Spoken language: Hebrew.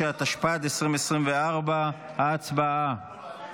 69), התשפ"ד 2024. הצבעה.